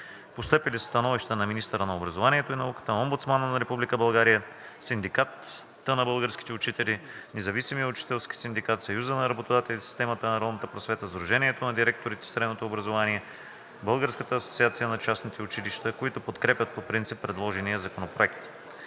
Постъпили са становища от министъра на образованието и науката, Омбудсмана на Република България, Синдиката на българските учители, Независимия учителски синдикат, Съюза на работодателите в системата на народната просвета, Сдружението на директорите в средното образование, Българска асоциация на частните училища, които подкрепят по принцип предложения законопроект.